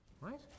right